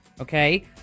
Okay